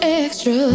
extra